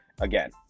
again